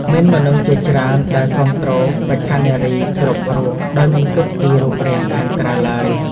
មានមនុស្សជាច្រើនដែលគាំទ្របេក្ខនារីគ្រប់រូបដោយមិនគិតពីរូបរាងខាងក្រៅឡើយ។